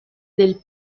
del